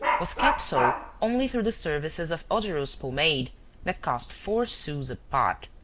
was kept so only through the services of odorous pomade that cost four sous a pot.